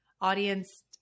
audience